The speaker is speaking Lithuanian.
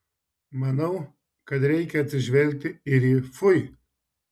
manau kad reikia atsižvelgti ir į fui